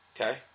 Okay